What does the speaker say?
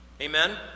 Amen